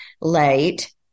late